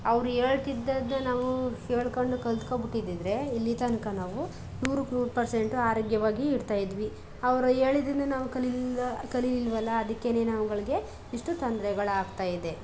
ಅವರು ಹೇಳ್ತಿದ್ದದ್ದು ನಾವು ಕೇಳ್ಕೊಂಡು ಕಲ್ತ್ಕೊಂಡ್ಬಿಟ್ಟಿದ್ದಿದ್ರೆ ಇಲ್ಲಿ ತನಕ ನಾವು ನೂರಕ್ಕೆ ನೂರು ಪರ್ಸೆಂಟು ಆರೋಗ್ಯವಾಗಿ ಇರ್ತಾಯಿದ್ವಿ ಅವರು ಹೇಳಿದ್ದನ್ನು ನಾವು ಕಲೀಲಿಲ್ಲ ಕಲಿಲಿಲ್ಲವಲ್ಲ ಅದಕ್ಕೇನೆ ನಾವುಗಳಿಗೆ ಇಷ್ಟು ತೊಂದ್ರೆಗಳು ಆಗ್ತಾಯಿದೆ